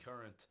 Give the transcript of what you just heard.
current